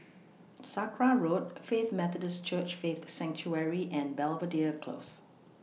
Sakra Road Faith Methodist Church Faith Sanctuary and Belvedere Close